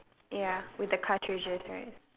ya with the cartridges right